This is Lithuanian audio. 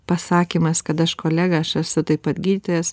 pasakymas kad aš kolega aš esu taip pat gydytojas